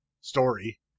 story